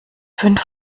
fünf